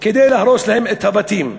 כדי להרוס להם את הבתים.